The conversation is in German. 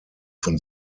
von